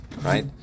right